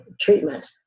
treatment